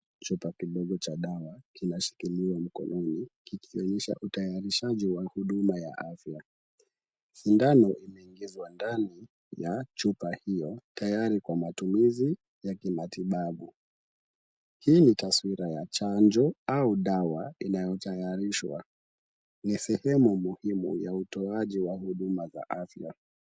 Chupa kidogo cha dawa kinashikiliwa mkononi kikionyesha utayarishaji wa huduma za afya. Sindano imeingizwa ndani ya chupa hiyo tayari kwa matumizi ya kimatibabu. Hili ni taswira ya chanjo au dawa inayotayarishwa. Ni sehemu muhimu ya utoaji huduma za afya.